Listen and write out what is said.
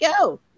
go